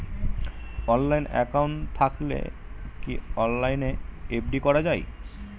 Online account থাকলে কি অনলাইনে এফ.ডি করা যায়?